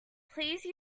please